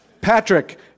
Patrick